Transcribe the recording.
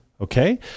Okay